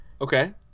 Okay